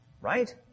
right